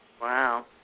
Wow